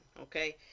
Okay